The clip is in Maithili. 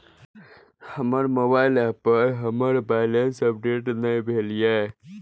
हमर मोबाइल ऐप पर हमर बैलेंस अपडेट ने भेल या